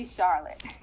Charlotte